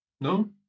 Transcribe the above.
No